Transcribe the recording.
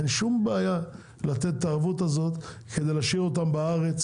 אין שום בעיה לתת את הערבות הזאת כדי להשאיר אותם בארץ,